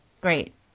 great